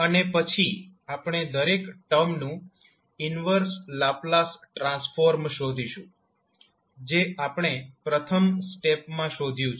અને પછી આપણે દરેક ટર્મનું ઈન્વર્સ લાપ્લાસ ટ્રાન્સફોર્મ શોધીશું જે આપણે પ્રથમ સ્ટેપમાં શોધ્યું છે